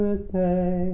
say